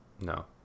No